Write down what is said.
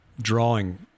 Drawing